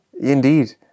Indeed